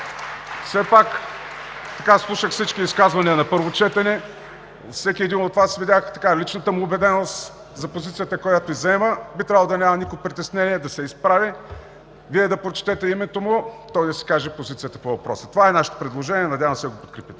България“.) Слушах всички изказвания на първо четене – на всеки от Вас видях личната му убеденост за позицията, която заема. Би трябвало да няма никакво притеснение да се изправи, Вие да прочетете името му и той да си каже позицията по въпроса. Това е нашето предложение – надявам се да го подкрепите.